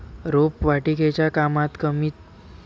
रोपवाटिकेच्या कामात कमी खर्चात जास्त पैसे मिळू शकतात